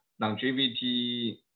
longevity